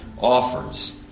offers